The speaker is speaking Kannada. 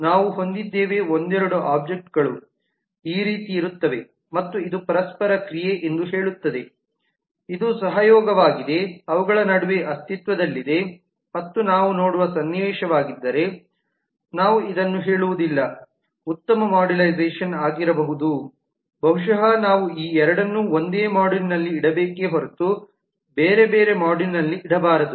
ನಾವು ಹೊಂದಿದ್ದೇವೆ ಒಂದೆರಡು ಆಬ್ಜೆಕ್ಟ್ಗಳು ಈ ರೀತಿ ಇರುತ್ತವೆ ಮತ್ತು ಇದು ಪರಸ್ಪರ ಕ್ರಿಯೆ ಎಂದು ಹೇಳುತ್ತದೆ ಇದು ಸಹಯೋಗವಾಗಿದೆ ಅವುಗಳ ನಡುವೆ ಅಸ್ತಿತ್ವದಲ್ಲಿದೆ ಮತ್ತು ಇದು ನಾವು ನೋಡುವ ಸನ್ನಿವೇಶವಾಗಿದ್ದರೆ ನಾವು ಇದನ್ನು ಹೇಳುವುದಿಲ್ಲ ಉತ್ತಮ ಮಾಡ್ಯುಲೈಸೇಶನ್ ಆಗಿರಬಹುದು ಬಹುಶಃ ನಾವು ಈ ಎರಡನ್ನು ಒಂದೇ ಮಾಡ್ಯೂಲ್ನಲ್ಲಿ ಇಡಬೇಕೇ ಹೊರತು ಬೇರೆಬೇರೆ ಮಾಡ್ಯೂಲ್ನಲ್ಲಿ ಇಡಬಾರದು